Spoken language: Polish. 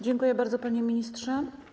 Dziękuję bardzo, panie ministrze.